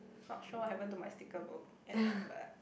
not sure what happened to my sticker book ya but